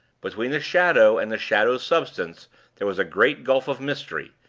between the shadow and the shadow's substance there was a great gulf of mystery,